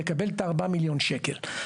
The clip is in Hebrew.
לקבל את הארבע מיליון שקלים.